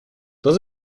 dans